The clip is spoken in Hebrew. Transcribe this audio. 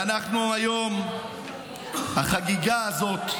והיום החגיגה הזאת,